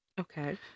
Okay